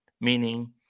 Meaning